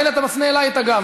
מילא אתה מפנה אלי את הגב,